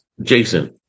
Jason